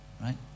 right